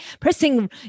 pressing